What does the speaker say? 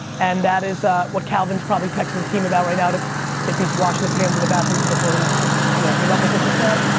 and that is what calvin is probably texting a team about right now. if he's washing his hands in the bathroom because i told him that's were i came up with it just now.